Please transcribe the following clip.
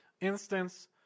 instance